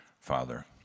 Father